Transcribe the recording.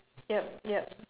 yup yup